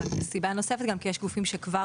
סיבה נוספת היא גם שיש גופים שכבר